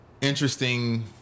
interesting